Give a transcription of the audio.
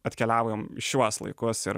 atkeliavom į šiuos laikus ir